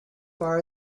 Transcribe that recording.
far